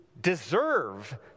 deserve